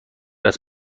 است